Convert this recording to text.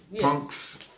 Punks